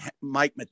Mike